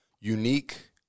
unique